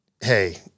hey